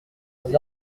leurs